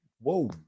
whoa